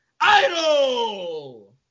Idol